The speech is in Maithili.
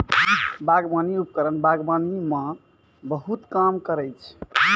बागबानी उपकरण बागबानी म बहुत काम करै छै?